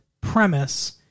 premise